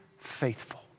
faithful